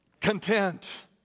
content